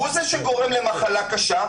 הוא זה שגורם למחלה קשה,